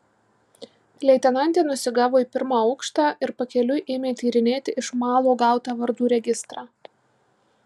leitenantė nusigavo į pirmą aukštą ir pakeliui ėmė tyrinėti iš malo gautą vardų registrą